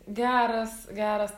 geras geras